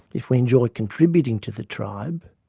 if we enjoy contributing to the tribe,